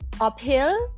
uphill